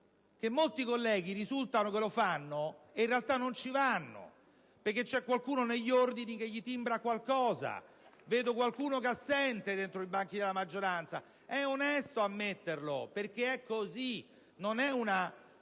molti colleghi lo fanno ma, in realtà, non ci vanno, perché c'è qualcuno negli ordini che timbra loro qualcosa (vedo qualcuno che è assente dentro i banchi della maggioranza). È onesto ammetterlo, perché è così!